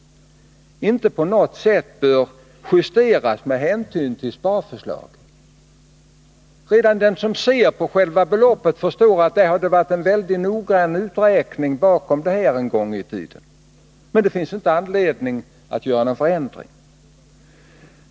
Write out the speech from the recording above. —- inte på något sätt bör justeras med hänsyn till sparförslaget. Redan den som ser på själva beloppet förstår att det var en mycket noggrann uträkning bakom det en gång i tiden. Men man säger alltså att det inte finns anledning till någon förändring.